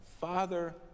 Father